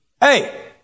Hey